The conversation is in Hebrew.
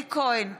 אלי כהן,